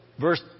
verse